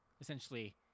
essentially